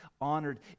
honored